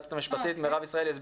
היועצת המשפטית,